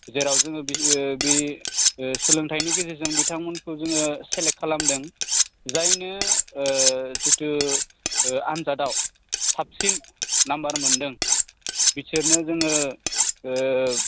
जेराव जोङो बे सोलोंथायनि गेजेरजों बिथांमोनखौ जोङो सेलेक्ट खालामदों जायनो जितु आनजादाव साबसिन नाम्बार मोन्दों बिसोरनो जोङो